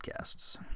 podcasts